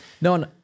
No